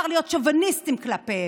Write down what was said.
מותר להיות שוביניסטיים כלפיהן,